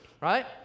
right